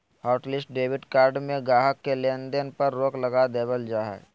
hotlist debit card में गाहक़ के लेन देन पर रोक लगा देबल जा हय